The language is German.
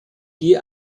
die